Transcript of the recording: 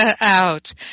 out